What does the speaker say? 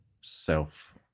self